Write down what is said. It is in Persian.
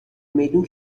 میدون